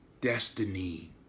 destiny